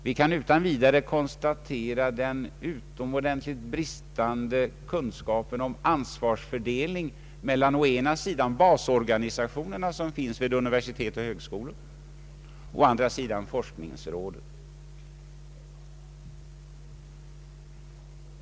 Vi kan utan vidare konstatera den utomordentligt bristande kunskapen om ansvarsfördelning mellan å ena sidan basorganisationerna, som finns vid universitet och högskolor, och å andra sidan forskningsråden.